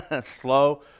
Slow